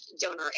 donor